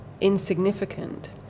insignificant